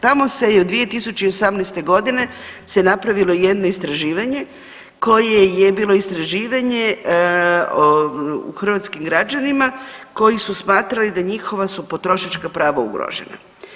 Tamo se je od 2018.g. se napravilo jedno istraživanje koje je bilo istraživanje o hrvatskim građanima koji su smatrali da njihova su potrošačka prava ugrožena.